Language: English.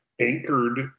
anchored